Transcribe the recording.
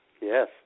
Yes